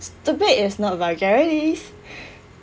stupid is not vulgarities